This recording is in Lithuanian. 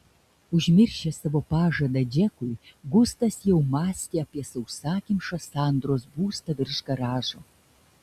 užmiršęs savo pažadą džekui gustas jau mąstė apie sausakimšą sandros būstą virš garažo